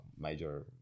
major